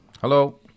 Hello